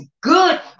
good